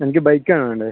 എനിക്ക് ബൈക്ക് ആണ് വേണ്ടത്